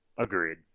agreed